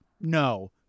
No